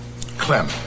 Clem